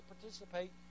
participate